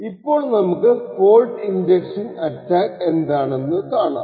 അപ്പോൾ നമുക്ക് fault injection attack എന്താണെന്നു കാണാം